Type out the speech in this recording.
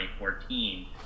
2014